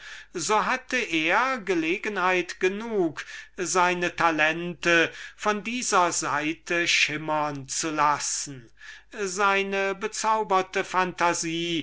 so hatte er gelegenheit genug seine talente von dieser seite schimmern zu lassen und seine bezauberte phantasie